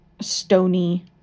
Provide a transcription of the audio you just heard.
stony